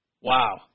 wow